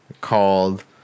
Called